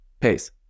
pace